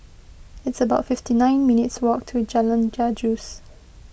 it's about fifty nine minutes' walk to Jalan Gajus